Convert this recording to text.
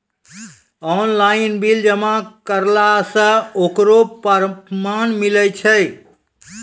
Online bill जमा करला से ओकरौ परमान मिलै छै?